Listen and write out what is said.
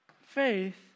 Faith